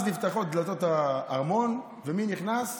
אז נפתחו דלתות הארמון, ומי נכנס?